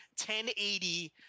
1080